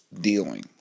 dealing